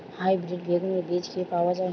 Hybrid বেগুনের বীজ কি পাওয়া য়ায়?